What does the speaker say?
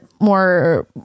more